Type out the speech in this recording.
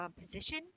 position